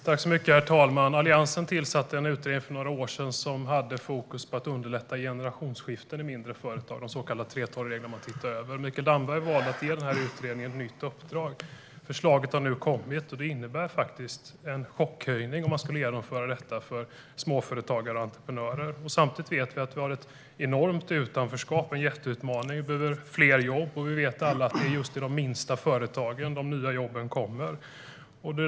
Herr talman! Alliansen tillsatte en utredning för några år sedan som hade fokus på att underlätta generationsskifte i mindre företag. Det var de så kallade 3:12-reglerna man skulle titta över. Mikael Damberg valde att ge denna utredning ett nytt uppdrag. Förslaget har nu kommit, och om man skulle genomföra det innebär det faktiskt en chockhöjning för småföretagare och entreprenörer. Samtidigt vet vi att det finns ett enormt utanförskap. Det är en jätteutmaning. Det behövs fler jobb, och vi vet alla att det är just i de minsta företagen de nya jobben kommer.